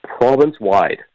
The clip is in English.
province-wide